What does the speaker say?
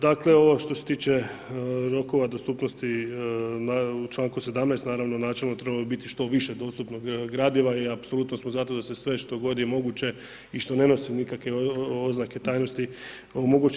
Dakle, ovo što se tiče ovoga rokova, dostupnosti u članku 17. naravno načelno bi trebalo biti što više dostupnog gradiva i apsolutno smo za to da se sve što god je moguće i što ne nosi nikakve oznake tajnosti omogući.